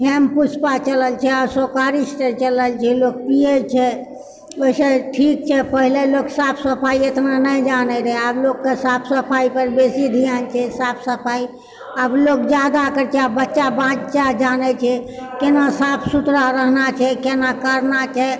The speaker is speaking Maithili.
हेमपुष्पा चलल छै अशोकारिष्ट से चलल छै लोक पियै छै ओहिसँ ठीक छै पहिले लोक साफसँ सफाइ एतना नहि जानए रहए आब लोककेँ साफ सफाइ पर बेसी ध्यान छै साफ सफाइ आब बच्चा बच्चा जानै छै केना साफ सुथरा रहनाए छै केना करनाए छै